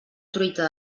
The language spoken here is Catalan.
truita